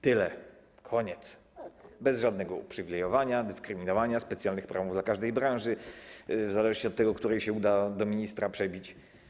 Tyle, koniec, bez jakiegokolwiek uprzywilejowania, dyskryminowania, specjalnych praw dla każdej branży w zależności od tego, której uda się do ministra przebić.